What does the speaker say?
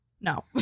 no